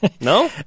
No